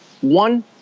one